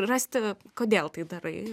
rasti kodėl tai darai